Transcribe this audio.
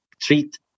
treat